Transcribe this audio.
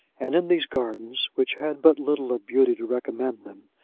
and in these gardens, which had but little of beauty to recommend them,